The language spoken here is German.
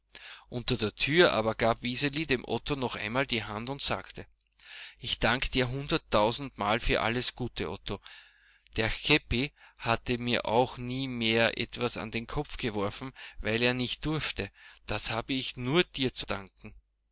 unter der tür aber gab wiseli dem otto noch einmal die hand und sagte ich danke dir hunderttausendmal für alles gute otto der chäppi hat mir auch nie mehr etwas an den kopf geworfen weil er nicht durfte das habe ich nur dir zu danken